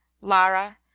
Lara